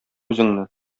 үзеңне